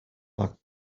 back